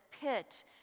pit